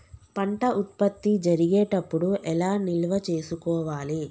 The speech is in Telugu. పంట ఉత్పత్తి జరిగేటప్పుడు ఎలా నిల్వ చేసుకోవాలి?